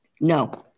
No